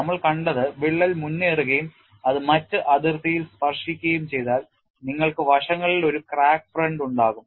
നമ്മൾ കണ്ടത് വിള്ളൽ മുന്നേറുകയും അത് മറ്റ് അതിർത്തിയിൽ സ്പർശിക്കുകയും ചെയ്താൽ നിങ്ങൾക്ക് വശങ്ങളിൽ ഒരു ക്രാക്ക് ഫ്രണ്ട് ഉണ്ടാകും